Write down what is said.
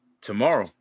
tomorrow